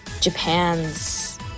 Japan's